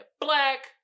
black